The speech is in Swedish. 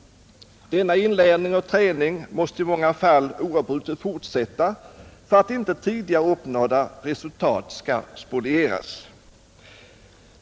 Denna inlärning och träning måste i många fall oavbrutet fortsätta för att inte tidigare uppnådda resultat skall spolieras.